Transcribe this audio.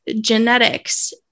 genetics